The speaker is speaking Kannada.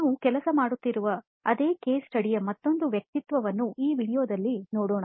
ನಾವು ಕೆಲಸ ಮಾಡುತ್ತಿರುವ ಅದೇ ಕೇಸ್ ಸ್ಟಡಿಯ ಮತ್ತೊಂದು ವ್ಯಕ್ತಿತ್ವವನ್ನು ಈ ವೀಡಿಯೊದಲ್ಲಿ ನೋಡೋಣ